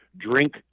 drink